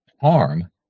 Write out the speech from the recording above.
harm